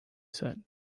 said